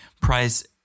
price